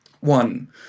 One